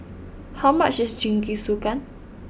how much is Jingisukan